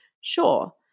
Sure